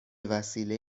وسیله